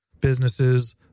businesses